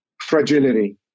fragility